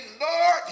Lord